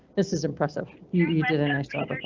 this is impressive. you did a nice job with that,